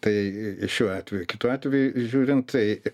tai šiuo atveju kitu atveju žiūrint tai